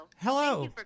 Hello